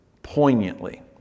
Poignantly